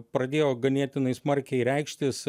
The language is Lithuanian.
pradėjo ganėtinai smarkiai reikštis